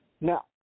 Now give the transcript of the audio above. Now